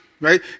right